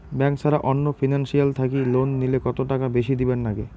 Bank ছাড়া অন্য financial থাকি লোন নিলে কতটাকা বেশি দিবার নাগে?